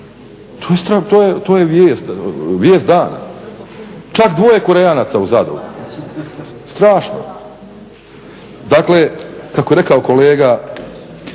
To je vijest dana, čak dvoje Korejanaca u Zadru, strašno. Dakle, kako je rekao kolega